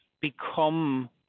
become